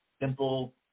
simple